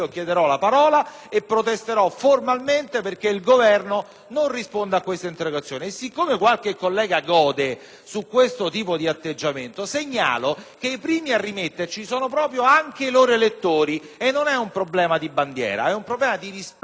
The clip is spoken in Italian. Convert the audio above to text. non risponde a queste interrogazioni. E siccome qualche collega gode di questo tipo di atteggiamento, segnalo che i primi a rimetterci sono proprio i loro elettori. Non è un problema di bandiera, ma di rispetto delle prerogative del Parlamento e, prima di tutto, di quelle dei cittadini.